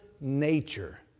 nature